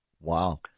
Wow